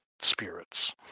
spirits